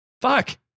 Fuck